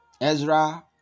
Ezra